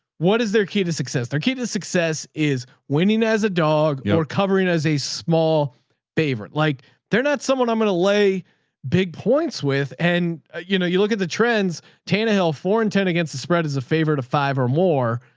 what is their key to success? their key to success is winning as a dog yeah or covering as a small favorite. like they're not someone i'm going to lay big points with. and ah you know, you look at the trends tannahill foreign ten against the spread is a favorite of five or more.